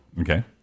Okay